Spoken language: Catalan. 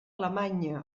alemanya